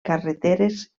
carreteres